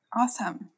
Awesome